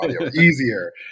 easier